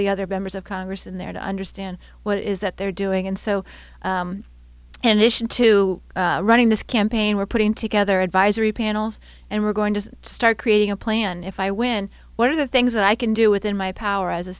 the other members of congress in there to understand what it is that they're doing and so and to running this campaign we're putting together advisory panels and we're going to start creating a plan if i win what are the things that i can do within my power as a